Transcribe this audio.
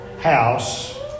house